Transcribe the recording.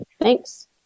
Thanks